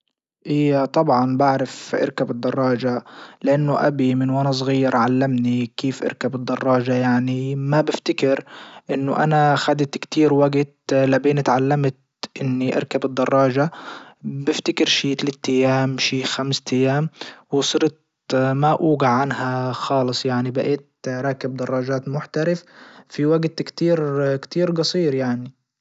هي طبعا بعرف اركب الدراجة لانه ابي من وانا صغير علمني كيف اركب الدراجة يعني ما بفتكر انه انا خدت كتير وجت لبين تعلمت اني اركب الدراجة بفتكر شي ثلاث تيام شي خمس تيام وصرت ما اوجع عنها خالص يعني بئيت راكب دراجات محترف في وجت كتير كتير جصير يعني.